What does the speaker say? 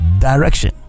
direction